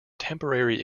temporary